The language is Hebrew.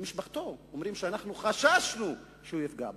משפחתו אומרת: אנחנו חששנו שהוא יפגע בערבים,